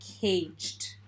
caged